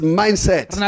mindset